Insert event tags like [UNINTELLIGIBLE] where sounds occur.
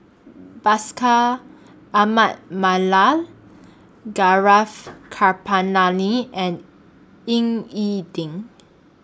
[UNINTELLIGIBLE] Ahmad Mallal Gaurav [UNINTELLIGIBLE] and Ying E Ding